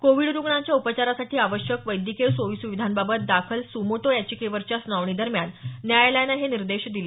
Covid रुग्णांच्या उपचारासाठी आवश्यक वैद्यकीय सोयीसुविधांबाबत दाखल सुमोटो याचिकेवरच्या सुनावणीदरम्यान न्यायालयानं हे निर्देश दिले